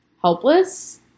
helpless